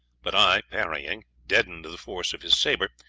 but i, parrying, deadened the force of his sabre,